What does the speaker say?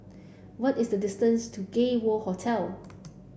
what is the distance to Gay World Hotel